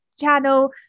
channel